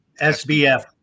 SBF